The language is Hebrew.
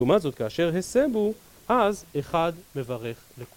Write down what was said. לעומת זאת, כאשר הסבו, אז אחד מברך לכולם.